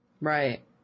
Right